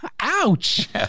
Ouch